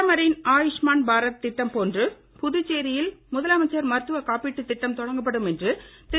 பிரதமரின் ஆயுஷ்மான் பாரத் திட்டம் போன்று புதுச்சேரியில் முதலமைச்சர் மருத்துவக் காப்பீட்டு திட்டம் தொடங்கப்படும் என திரு